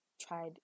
tried